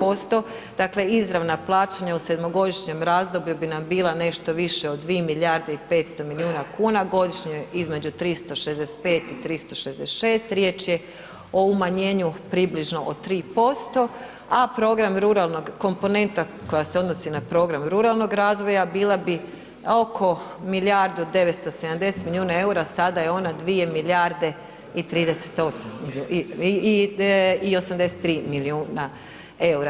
15%. dakle izravna plaćanja u sedmogodišnjem razdoblju bi nam bila nešto više od 2 milijarde i 500 milijuna kuna, godišnje između 365 i 366, riječ je o umanjenju približno od 3%, a komponenta koja se odnosi na program Ruralnog razvoja bila bi oko milijardu 970 milijuna eura, sada je ona 2 milijarde i 83 milijuna eura.